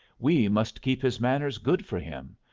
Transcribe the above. we must keep his manners good for him.